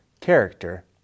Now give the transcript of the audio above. character